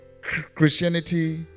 Christianity